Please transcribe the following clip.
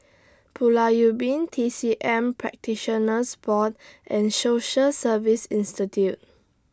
Pulau Ubin T C M Practitioners Board and Social Service Institute